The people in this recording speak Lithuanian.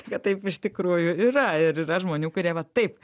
kad taip iš tikrųjų yra ir yra žmonių kurie va taip